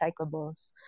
recyclables